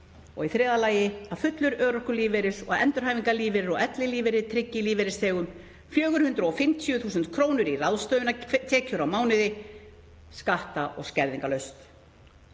og í þriðja lagi að fullur örorkulífeyrir, endurhæfingarlífeyrir og ellilífeyrir tryggi lífeyrisþegum 450.000 kr. í ráðstöfunartekjur á mánuði skatta- og skerðingarlaust.